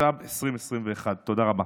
התשפ"ב 2021. תודה רבה.